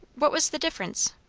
what was the difference?